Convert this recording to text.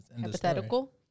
Hypothetical